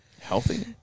Healthy